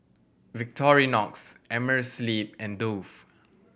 Victorinox Amerisleep and Dove